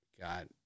Got